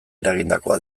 eragindakoa